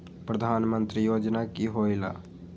प्रधान मंत्री योजना कि होईला?